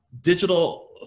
Digital